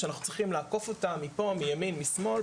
שאנחנו צריכים לעקוף מימין ומשמאל,